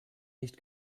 nicht